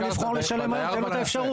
הוא יכול לבחור לשלם מע"מ, תן לו את האפשרות.